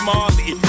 Marley